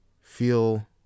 feel